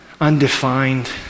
undefined